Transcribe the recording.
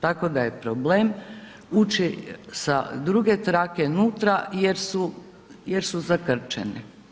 Tako da je problem ući sa druge trake unutra jer su zakrčene.